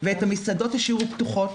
ואת המסעדות השאירו פתוחות.